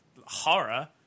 horror